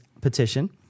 petition